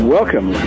Welcome